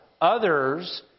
others